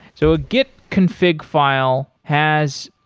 so a git config file has,